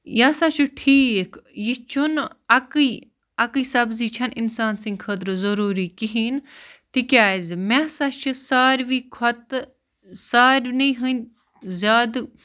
یہِ ہَسا چھُ ٹھیٖک یہِ چھُنہٕ اَکٕے اکٕے سبزی چھَنہٕ اِنسان سٕنٛدِ خٲطرٕ ضٔروٗری کِہیٖنۍ تِکیٛازِ مےٚ ہَسا چھِ ساروی کھۄتہٕ سارنٕے ہٕنٛدۍ زیادٕ